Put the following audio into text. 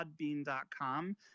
podbean.com